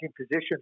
positions